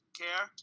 care